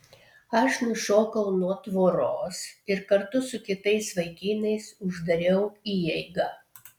aš nušokau nuo tvoros ir kartu su kitais vaikinais uždariau įeigą